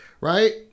right